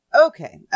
Okay